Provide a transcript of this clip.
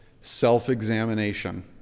self-examination